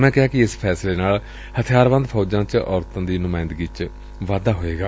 ਉਨ੍ਹਾਂ ਕਿਹਾ ਕਿ ਇਸ ਫੈਸਲੇ ਨਾਲ ਹਥਿਆਰਬੰਦ ਫੌਜਾਂ ਵਿਚ ਔਰਤਾਂ ਦੀ ਨੁਮਾਇੰਦਗੀ ਚ ਵਾਧਾ ਹੋਵੇਗਾ